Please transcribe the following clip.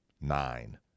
Nine